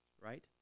right